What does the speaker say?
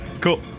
Cool